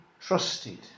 trusted